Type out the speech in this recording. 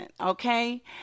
Okay